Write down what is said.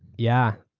yeah.